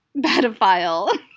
pedophile